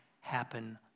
happen